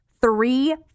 three